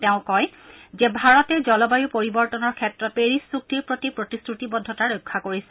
তেওঁ কয় যে ভাৰতে জলবায়ু পৰিৱৰ্তনৰ ক্ষেত্ৰত পেৰিছ চুক্তিৰ প্ৰতি প্ৰতিশ্ৰুতিবদ্ধতা ৰক্ষা কৰিছে